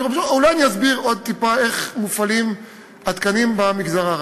אולי אסביר עוד טיפה איך מופעלים התקנים במגזר הערבי.